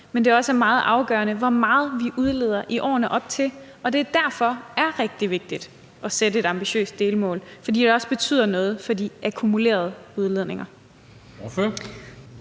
men at det også er meget afgørende, hvor meget vi udleder i årene op til 2030, og at det derfor er rigtig vigtigt at sætte ambitiøse delmål, fordi det også betyder noget for de akkumulerede udledninger.